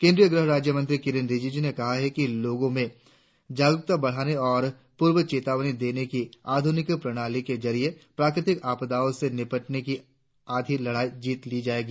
केंद्रीय गृह राज्य मंत्री किरेन रिजिजू ने कहा है कि लोगों में जागरुकता बढ़ाकर और पूर्व चेतावनी देने की आधुनिक प्रणाली के जरिये प्राकृतिक आपदाओं से निपटने की आधी लड़ाई जीत ली जाएगी